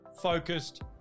Focused